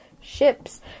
ships